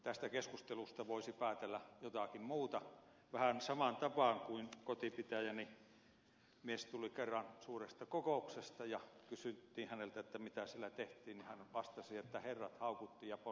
tästä keskustelusta voisi päätellä jotakin muuta vähän samaan tapaan kuin kotipitäjäni mies tuli kerran suuresta kokouksesta ja kun kysyttiin häneltä mitä siellä tehtiin hän vastasi että herrat haukuttiin ja ponnet hyväksyttiin